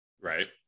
Right